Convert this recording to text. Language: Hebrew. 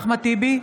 אחמד טיבי,